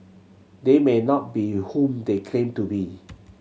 they may not be whom they claim to be